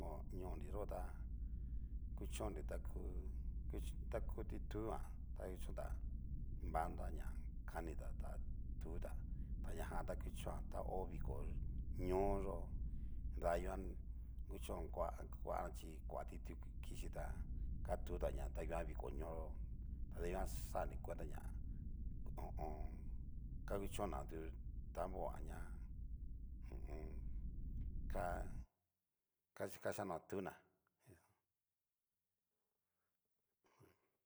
Ñoo nri yó ta kuchonri ta ku ta ku titujan ta kuchonta, banda ña kanita tá tuta ta ña janta kuchoan ta ho viko ño'o yó, danguan kuchon kua kuajan chí kua titu kichi tá katuta na nguan viko ñoo yó ta dikan xanri cuenta ña ho o on. kakuchon'na du tambogaña hu u un. ka kika kianona tuna.